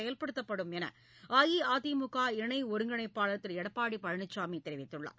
செயல்படுத்தப்படும் என அஇஅதிமுக இணை ஒருங்கிணைப்பாளர் திரு எடப்பாடி பழனிசாமி தெரிவித்துள்ளார்